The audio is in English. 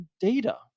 data